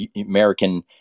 American